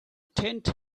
tent